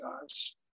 guys